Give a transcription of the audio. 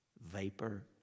vapor